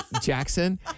Jackson